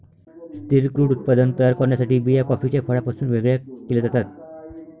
स्थिर क्रूड उत्पादन तयार करण्यासाठी बिया कॉफीच्या फळापासून वेगळे केल्या जातात